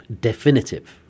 definitive